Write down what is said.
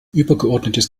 übergeordnetes